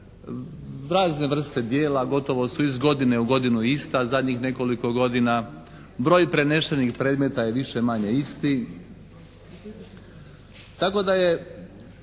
razne vrste dijela gotovo su iz godine u godinu ista zadnjih nekoliko godina, broj prenešenih predmeta je više-manje isti